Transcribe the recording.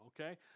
okay